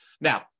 Now